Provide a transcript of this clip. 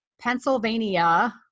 Pennsylvania